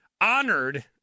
honored